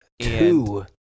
Two